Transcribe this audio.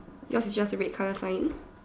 yours is just a red colour sign